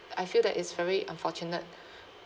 I feel that it's very unfortunate